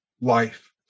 life